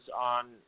on